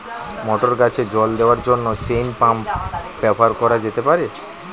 মটর গাছে জল দেওয়ার জন্য চেইন পাম্প ব্যবহার করা যেতে পার?